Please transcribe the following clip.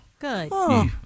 Good